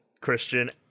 Christian